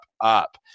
up